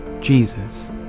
Jesus